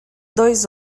dois